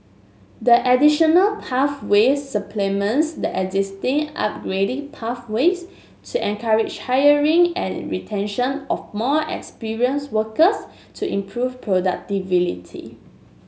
the additional pathway supplements the existing upgrading pathways to encourage hiring and retention of more experienced workers to improve